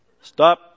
Stop